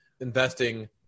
investing